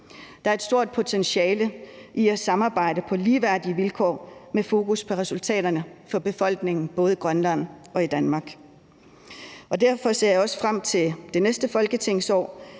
Der er et stort potentiale i at samarbejde på ligeværdige vilkår med fokus på resultaterne for befolkningen både i Grønland og i Danmark. Derfor ser jeg også frem til det næste folketingsår,